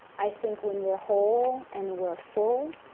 i think when we're whole and we're full,